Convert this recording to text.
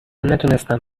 نتونستم